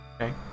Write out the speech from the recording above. Okay